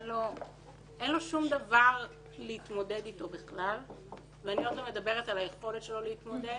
אין לו שום דבר להתמודד אתו בכלל ואני מדברת על היכולת שלו להתמודד